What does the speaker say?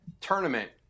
tournament